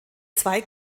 zwei